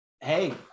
hey